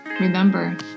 Remember